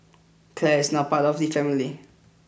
Clare is now part of the family